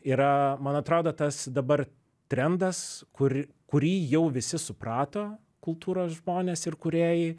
yra man atrodo tas dabar trendas kur kurį jau visi suprato kultūros žmonės ir kūrėjai